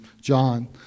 John